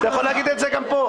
אתה יכול להגיד את זה גם פה.